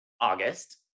august